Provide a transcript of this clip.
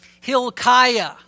Hilkiah